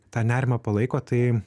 tą nerimą palaiko tai